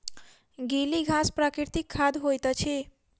गीली घास प्राकृतिक खाद होइत अछि